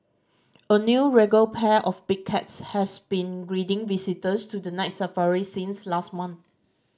a new regal pair of big cats has been greeting visitors to the Night Safari since last month